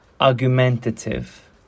argumentative